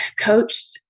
coached